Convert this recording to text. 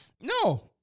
No